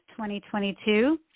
2022